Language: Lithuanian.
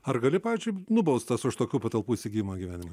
ar gali pavyzdžiui nubaustas už tokių patalpų įsigijimą gyvenimui